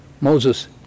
Moses